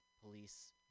police